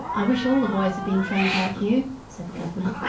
i wish all the boys had been trained like you, said the governor.